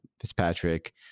Fitzpatrick